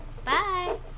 Bye